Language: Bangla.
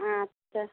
আচ্ছা